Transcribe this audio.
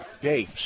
hey